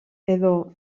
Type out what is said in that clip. edo